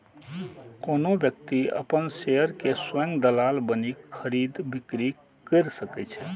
कोनो व्यक्ति अपन शेयर के स्वयं दलाल बनि खरीद, बिक्री कैर सकै छै